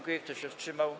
Kto się wstrzymał?